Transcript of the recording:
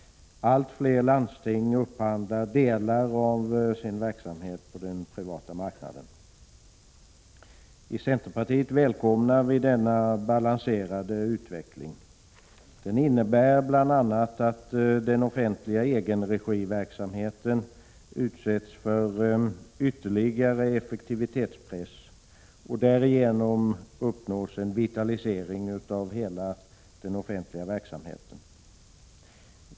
Allt fler landsting upphandlar delar av sin verksamhet på den privata marknaden. I centerpartiet välkomnar vi denna balanserade utveckling. Den innebär bl.a. att den offentliga egenregiverksamheten utsätts för ytterligare effektivitetspress, och därigenom uppnås en vitalisering av hela den offentliga verksamheten.